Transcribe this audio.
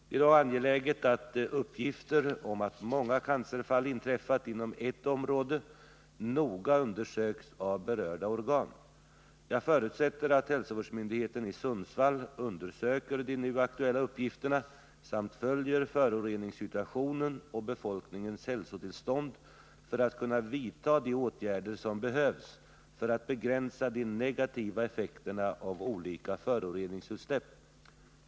Det är dock angeläget att uppgifter om att många cancerfall inträffat inom ett område noga undersöks av berörda organ. Jag förutsätter att hälsovårdsmyndigheten i Sundsvall undersöker de nu aktuella uppgifterna samt följer föroreningssituationen och befolkningens hälsotillstånd för att kunna vidta de åtgärder som behövs för att begränsa de negativa effekterna av olika föroreningsutsläpp.